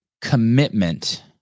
commitment